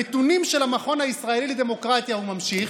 הנתונים של המכון הישראלי לדמוקרטיה, הוא ממשיך,